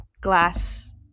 glass